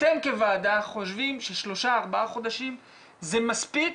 אתם כוועדה חושבים ששלושה ארבעה חודשים זה מספיק?